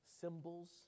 symbols